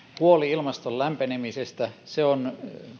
huoli ilmaston lämpenemisestä on